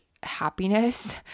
happiness